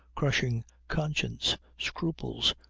crushing conscience, scruples,